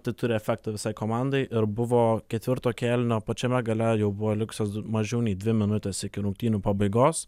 tai turi efektą visai komandai ir buvo ketvirto kėlinio pačiame gale jau buvo likusios mažiau nei dvi minutės iki rungtynių pabaigos